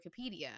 wikipedia